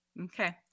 Okay